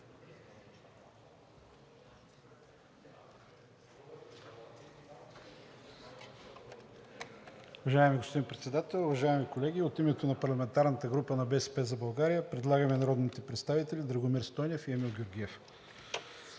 Уважаеми господин Председател, уважаеми колеги! От името на парламентарната група на „БСП за България“ предлагаме народните представители Драгомир Стойнев и Емил Георгиев.